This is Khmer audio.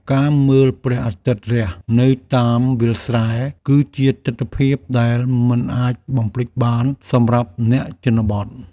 ការមើលព្រះអាទិត្យរះនៅតាមវាលស្រែ គឺជាទិដ្ឋភាពដែលមិនអាចបំភ្លេចបានសម្រាប់អ្នកជនបទ។